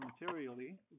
materially